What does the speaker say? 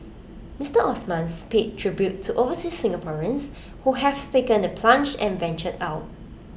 Mister Osman's paid tribute to overseas Singaporeans who have taken the plunge and ventured out